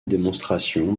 démonstration